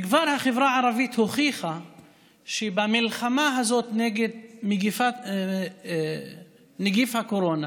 והחברה הערבית כבר הוכיחה שבמלחמה הזאת נגד נגיף הקורונה